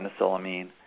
penicillamine